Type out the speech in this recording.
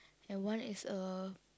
and one is a